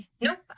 nope